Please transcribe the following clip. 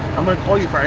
i'm gonna call you friday